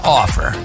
offer